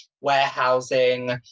warehousing